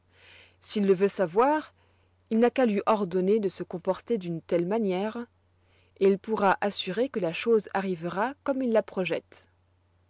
s'il le veut savoir il n'a qu'à lui ordonner de se comporter d'une telle manière et il pourra assurer que la chose arrivera comme il la projette